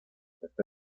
este